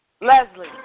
Leslie